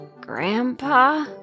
Grandpa